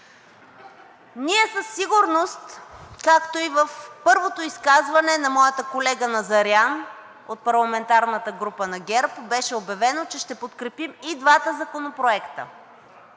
Ние със сигурност, както и в първото изказване на моята колежка Назарян от парламентарната група на ГЕРБ беше обявено, че ще подкрепим и двата законопроекта.